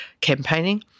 campaigning